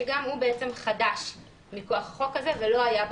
שגם הוא בעצם חדש מכוח החוק הזה ולא היה.